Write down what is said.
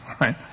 right